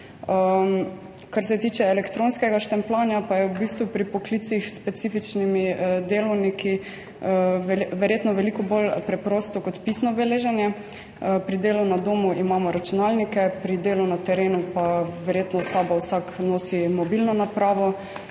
Kar se tiče elektronskega štempljanja, pa je v bistvu pri poklicih s specifičnimi delovniki verjetno veliko bolj preprosto kot pisno beleženje. Pri delu na domu imamo računalnike, pri delu na terenu pa verjetno s sabo vsak nosi mobilno napravo.